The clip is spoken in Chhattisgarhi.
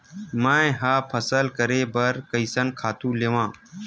मैं ह फसल करे बर कइसन खातु लेवां?